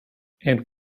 and